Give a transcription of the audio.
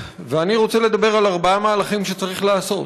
ואני רוצה לדבר על ארבעה מהלכים שצריך לעשות,